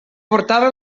portava